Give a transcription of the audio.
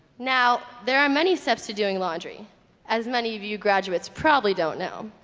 now there are many steps to doing laundry as many of you graduates probably don't know.